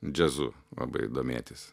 džiazu labai domėtis